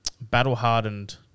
battle-hardened